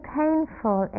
painful